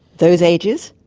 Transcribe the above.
those ages?